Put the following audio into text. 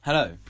Hello